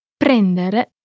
PRENDERE